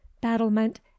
battlement